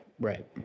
right